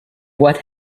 what